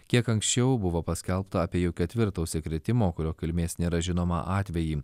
kiek anksčiau buvo paskelbta apie jau ketvirtą užsikrėtimo kurio kilmės nėra žinoma atvejį